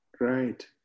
Right